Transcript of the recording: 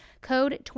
Code